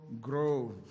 grow